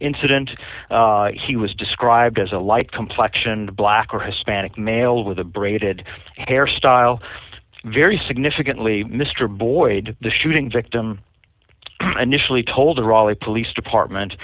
incident he was described as a light complection black or hispanic male with a braided hair style very significantly mr boyd the shooting victim initially told the raleigh police department